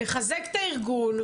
לחזק את הארגון,